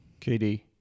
KD